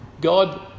God